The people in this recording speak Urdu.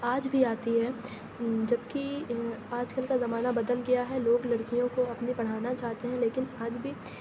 آج بھی آتی ہے جب کہ آج کل کا زمانہ بدل گیا ہے لوگ لڑکیوں کو اپنی پڑھانا چاہتے ہیں لیکن آج بھی